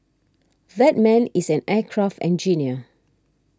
that man is an aircraft engineer